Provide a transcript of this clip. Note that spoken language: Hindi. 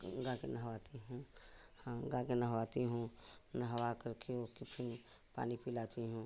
गाय को नहवाती हूँ हाँ गाय को नहवाती हूँ नहवा करके उके फिर पानी पिलाती हूँ